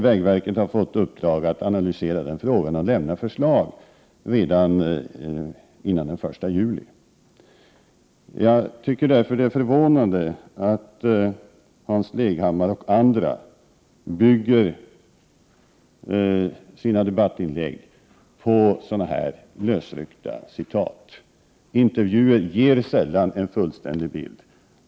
Vägverket har fått i uppdrag att analysera denna fråga och lämna förslag redan före den 1 juli. Det är därför förvånande att Hans Leghammar och andra bygger sina debattinlägg på lösryckta citat. Intervjuer ger sällan en fullständig bild.